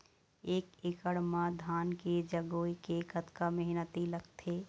एक एकड़ म धान के जगोए के कतका मेहनती लगथे?